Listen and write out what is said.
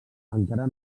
encara